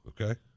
Okay